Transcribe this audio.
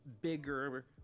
bigger